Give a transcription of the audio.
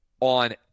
on